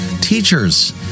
teachers